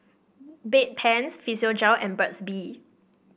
Bedpans Physiogel and Burt's Bee